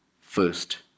first